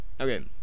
Okay